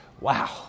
Wow